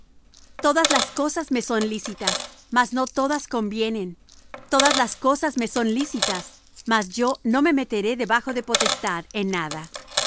todas las cosas me son lícitas mas no todas convienen todas las cosas me son lícitas mas yo no me meteré debajo de potestad de nada